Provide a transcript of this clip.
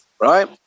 right